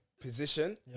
position